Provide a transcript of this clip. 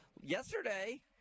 Yesterday